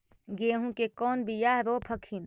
गेहूं के कौन बियाह रोप हखिन?